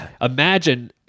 Imagine